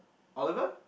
Oliver